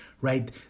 right